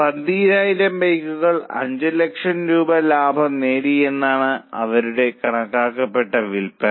12000 ബൈക്കുകൾ 5 ലക്ഷം രൂപ ലാഭം നേടിയെന്നാണ് അവരുടെ കണക്കാക്കപ്പെട്ട വിൽപ്പന